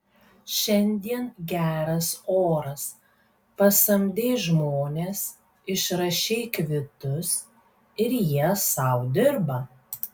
šiandien geras oras pasamdei žmones išrašei kvitus ir jie sau dirba